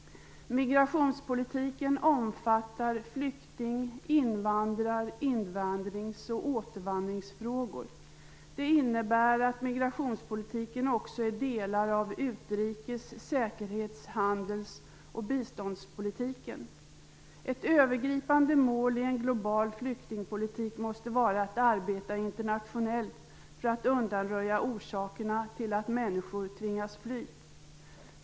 Migrationspolitiken omfattar flykting-, invandrar-, invandrings och återvandringsfrågor. Det innebär att migrationspolitiken också omfattar delar av utrikes-, säkerhets-, handels och biståndspolitiken. Ett övergripande mål i en global flyktingpolitik måste vara att arbeta internationellt för att undanröja orsakerna till att människor tvingas fly.